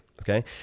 okay